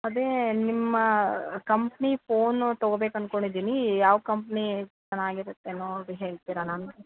ಅದೇ ನಿಮ್ಮ company phone ತಗೋಬೇಕು ಅಂದ್ಕೊಂಡಿದ್ದೀನಿ ಯಾವ ಕಂಪ್ನಿ ಚೆನ್ನಾಗಿರತ್ತೆ ನೋಡಿ ಹೇಳ್ತೀರಾ ನಮ್ಗೆ